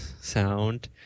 sound